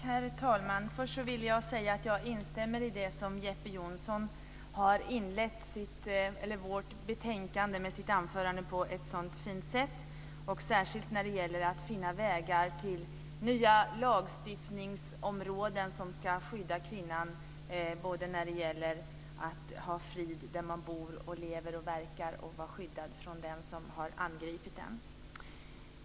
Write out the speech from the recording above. Herr talman! Först vill jag säga att jag instämmer i det anförande som Jeppe Johnsson inledde debatten om vårt betänkande med. Han gjorde det på ett mycket fint sätt, särskilt när det gäller att finna vägar till nya lagstiftningsområden som ska ge kvinnan frid där hon bor, lever och verkar och skydda henne från den som har angripit henne.